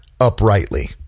uprightly